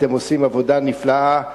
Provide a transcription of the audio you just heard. אתם עושים עבודה נפלאה.